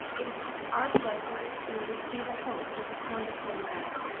it's our pleasure to be the host of this wonderful event.